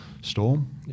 storm